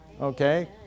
Okay